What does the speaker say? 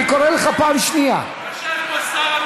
חפים מפשע,